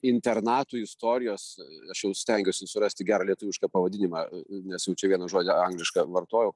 internatų istorijos aš jau stengiuosi surasti gerą lietuvišką pavadinimą nes jau čia vieną žodį anglišką vartojau